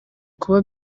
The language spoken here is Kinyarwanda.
kuba